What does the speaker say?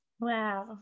Wow